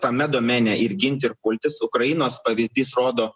tame domene ir ginti ir pultis ukrainos pavyzdys rodo